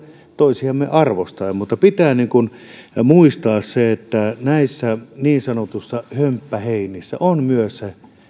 toisiamme arvostaen mutta pitää muistaa se että näissä niin sanotuissa hömppäheinissä on myös se